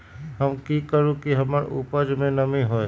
हम की करू की हमार उपज में नमी होए?